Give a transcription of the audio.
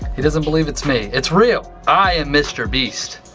he doesn't believe it's me. it's real! i am mr. beast.